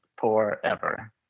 forever